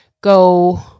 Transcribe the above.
go